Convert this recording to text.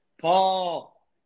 Paul